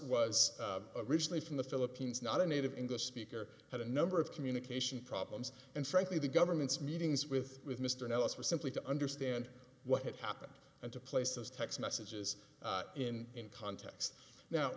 was originally from the philippines not a native english speaker had a number of communication problems and frankly the government's meetings with with mr nel us were simply to understand what had happened and to place those text messages in context now